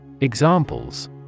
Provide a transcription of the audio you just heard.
Examples